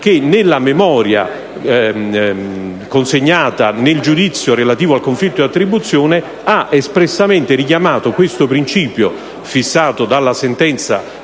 che, nella memoria consegnata nel giudizio relativo al conflitto di attribuzione, ha espressamente richiamato questo principio, fissato nella sentenza